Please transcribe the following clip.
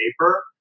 paper